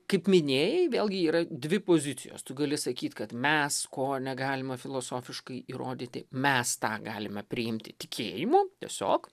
kaip minėjai vėlgi yra dvi pozicijos tu gali sakyt kad mes ko negalime filosofiškai įrodyti mes tą galime priimti tikėjimu tiesiog